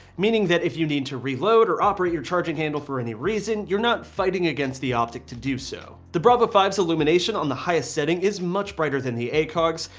meaning that if you need to reload or operate your charging handle for any reason, you're not fighting against the optic to do so. the bravo fives, illumination on the highest setting is much brighter than the eight cogs.